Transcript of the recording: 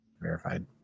Verified